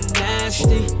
nasty